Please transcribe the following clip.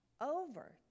over